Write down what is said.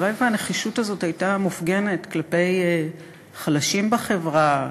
הלוואי שהנחישות הזאת הייתה מופגנת כלפי חלשים בחברה,